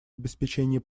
обеспечении